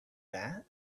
that